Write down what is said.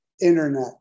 internet